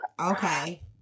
Okay